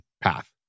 path